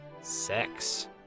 sex